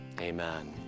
amen